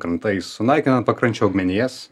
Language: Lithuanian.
krantais sunaikinan pakrančių augmenijas